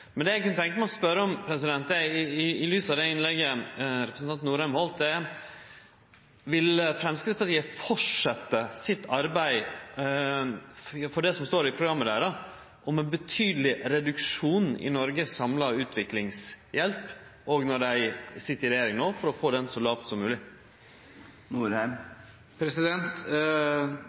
Men dette har då vorte utjamna av Kristeleg Folkeparti og Venstre i forhandlingar. Det eg kunne tenkje meg å spørje om, i lys av det innlegget representanten Norheim heldt, er: Vil Framstegspartiet fortsetje sitt arbeid for, som det står i programmet deira, ein betydeleg reduksjon i Noregs samla utviklingshjelp og – når dei no sit i regjering – for å få ho så låg som